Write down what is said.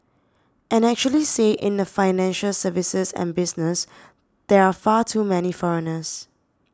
and actually say in the financial services and business there are far too many foreigners